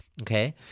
okay